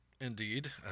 indeed